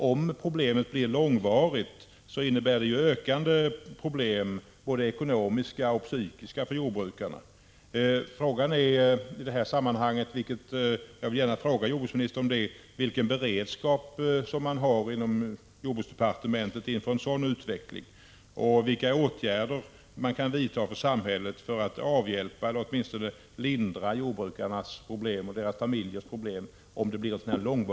Om problemen blir långvariga innebär det ökande svårigheter, både ekonomiskt och psykiskt, för jordbrukarna.